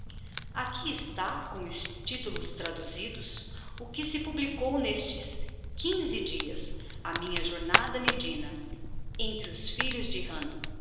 aqui está com os titulos traduzidos o que se publicou n'estes quinze dias a minha jornada a medina entre os filhos de